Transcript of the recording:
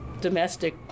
domestic